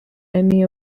emmy